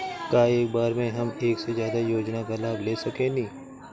का एक बार में हम एक से ज्यादा योजना का लाभ ले सकेनी?